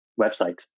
website